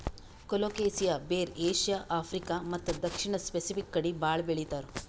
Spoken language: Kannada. ಕೊಲೊಕೆಸಿಯಾ ಬೇರ್ ಏಷ್ಯಾ, ಆಫ್ರಿಕಾ ಮತ್ತ್ ದಕ್ಷಿಣ್ ಸ್ಪೆಸಿಫಿಕ್ ಕಡಿ ಭಾಳ್ ಬೆಳಿತಾರ್